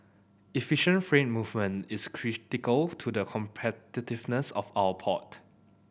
efficient freight movement is critical to the competitiveness of our port